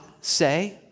say